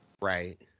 right